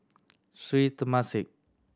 Sri Temasek